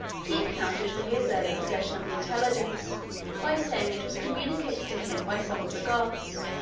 he accounted for his early possession of the intelligence by saying it was communicated to him by some of the gods.